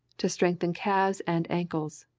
to strengthen calves and ankles.